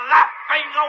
Laughing